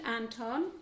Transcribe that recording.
Anton